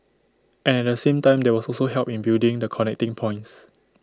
and at the same time there was also help in building the connecting points